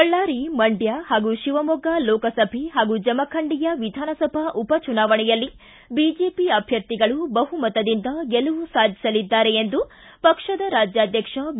ಬಳ್ಳಾರಿ ಮಂಡ್ಡ ಹಾಗೂ ಶಿವಮೊಗ್ಗ ಲೋಕಸಭೆ ಹಾಗೂ ಜಮಖಂಡಿಯ ವಿಧಾನಸಭಾ ಉಪಚುನಾವಣೆಯಲ್ಲಿ ಬಿಜೆಪಿ ಅಭ್ಯರ್ಥಿಗಳು ಬಹುಮತದಿಂದ ಗೆಲುವು ಸಾಧಿಸಲಿದ್ದಾರೆ ಎಂದು ಪಕ್ಷದ ರಾಜ್ಯಾಧಕ್ಷ ಬಿ